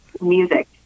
music